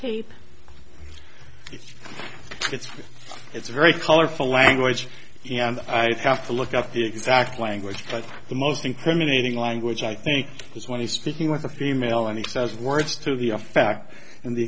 it's it's it's a very colorful language and i'd have to look up the exact language but the most incriminating language i think is when he's speaking with a female and he says words to the effect and the